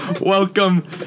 Welcome